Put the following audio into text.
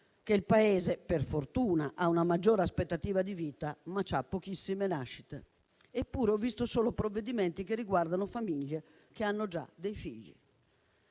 che il Paese per fortuna ha una maggiore aspettativa di vita, ma ha pochissime nascite. Eppure, ho visto solo provvedimenti che riguardano famiglie che hanno già dei figli.